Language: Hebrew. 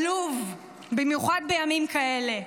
עלוב, במיוחד בימים כאלה.